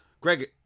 Greg